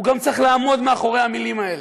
הוא גם צריך לעמוד מאחורי המילים האלה.